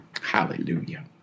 Hallelujah